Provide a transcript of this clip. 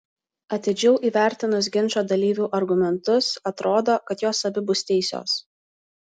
atidžiau įvertinus ginčo dalyvių argumentus atrodo kad jos abi bus teisios